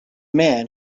man